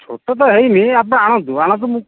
ଛୋଟ ତ ହେଇନି ଆପଣ ଆଣନ୍ତୁ ଆଣନ୍ତୁ ମୁଁ